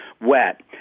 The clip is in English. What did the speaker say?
wet